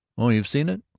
oh, you've seen it.